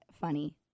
funny